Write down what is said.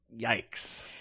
Yikes